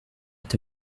est